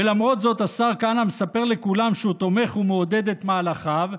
ולמרות זאת השר כהנא מספר לכולם שהוא תומך ומעודד את מהלכיו,